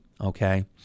Okay